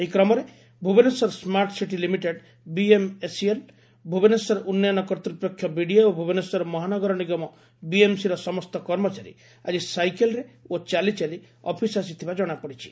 ଏହି କ୍ରମରେ Bhubaneswar smart city limited BMSCL Bhubaneswar ଉନ୍ଯନ କର୍ତ୍ତପକ୍ଷ ବିଡିଏ ଓ ଭୁବନେଶ୍ୱର ମହାନଗର ନିଗମ ବିଏମ୍ସିର ସମସ୍ତ କର୍ମଚାରୀ ଆକି ସାଇକଲରେ ଓ ଚାଲିଚାଲି ଅଫିସ ଆସିଥିବା ଜଶାପଡିଛି